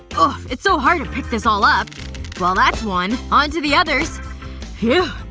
oof. it's so hard to pick this all up well that's one. onto the others phew.